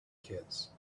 kids